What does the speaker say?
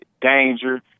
danger